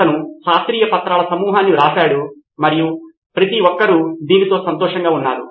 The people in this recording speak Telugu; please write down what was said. అతను శాస్త్రీయ పత్రాల సమూహాన్ని వ్రాసాడు మరియు ప్రతి ఒక్కరూ దీనితో సంతోషంగా ఉన్నారు